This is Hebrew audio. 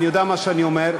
אני יודע מה שאני אומר,